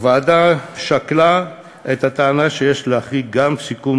הוועדה שקלה את הטענה שיש להחריג גם סיכום